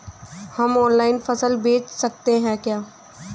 हम ऑनलाइन फसल बेच सकते हैं क्या?